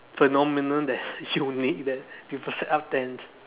phenomenon that's unique that people set up tents